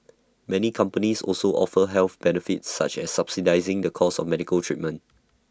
many companies also offer health benefits such as subsidising the cost of medical treatment